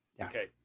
Okay